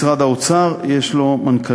משרד האוצר, יש לו מנכ"לית.